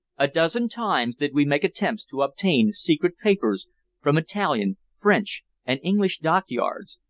a dozen times did we make attempts to obtain secret papers from italian, french and english dockyards,